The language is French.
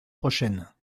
prochaine